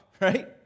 right